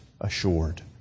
assured